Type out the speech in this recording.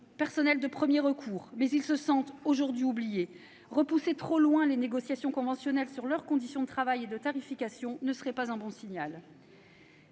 personnels de premier recours, mais ils se sentent aujourd'hui oubliés. Repousser trop loin les négociations conventionnelles sur leurs conditions de travail et de tarification ne serait pas un bon signal.